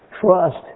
trust